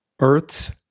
Earth's